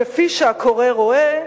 כפי שהקורא רואה,